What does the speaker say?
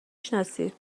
شناسی